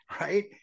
right